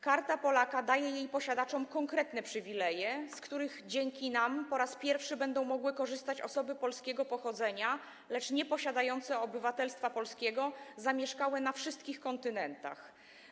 Karta Polaka daje jej posiadaczom konkretne przywileje, z których dzięki nam po raz pierwszy będą mogły korzystać osoby polskiego pochodzenia, lecz nieposiadające obywatelstwa polskiego, zamieszkałe na wszystkich kontynentach.